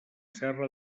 serra